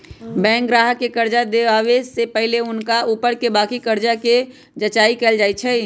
bank गाहक के कर्जा देबऐ से पहिले हुनका ऊपरके बाकी कर्जा के जचाइं कएल जाइ छइ